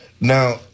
Now